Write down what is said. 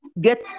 get